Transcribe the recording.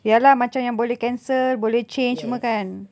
ya lah macam yang boleh cancel boleh change semua kan